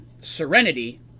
Serenity